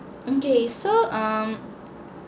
okay so um